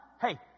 hey